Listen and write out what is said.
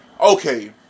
Okay